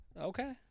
Okay